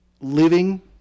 living